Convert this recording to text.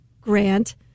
grant